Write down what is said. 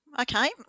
okay